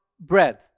bread